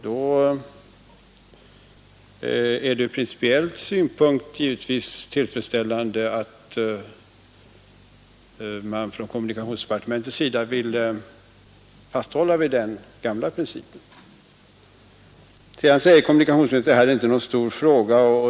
Det är givetvis tillfredsställande om kommunikationsdepartementet vill fasthålla vid den gamla principen. Vidare säger kommunikationsministern att detta inte är någon stor fråga.